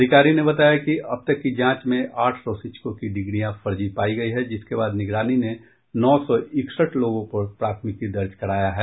अधिकारी ने बताया कि अब तक की जांच में आठ सौ शिक्षकों की डिग्रियां फर्जी पायी गयी है जिसके बाद निगरानी ने नौ सौ इकसठ लोगों पर प्राथमिकी दर्ज कराया है